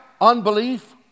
unbelief